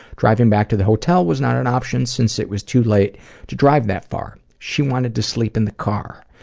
driving back to the hotel was not an option since it was too late to drive that far. she wanted to sleep in the car.